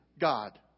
God